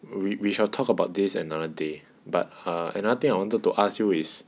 we we shall talk about this another day but err another I wanted to ask you is